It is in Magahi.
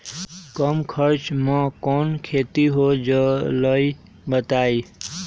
कम खर्च म कौन खेती हो जलई बताई?